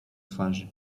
twarzy